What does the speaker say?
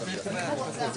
הישיבה ננעלה בשעה